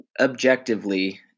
objectively